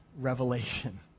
revelation